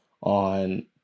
on